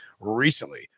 recently